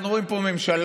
אנחנו רואים פה ממשלה